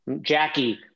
Jackie